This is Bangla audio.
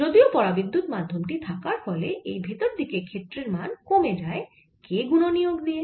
যদিও পরাবিদ্যুত মাধ্যম টি থাকার ফলে এই ভেতর দিকে ক্ষেত্রের মান কমে যায় k গুণনীয়ক হিসেবে